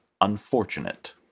Unfortunate